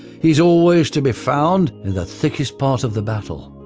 he's always to be found in the thickest part of the battle.